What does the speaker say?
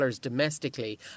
domestically